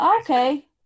okay